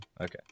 Okay